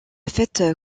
fête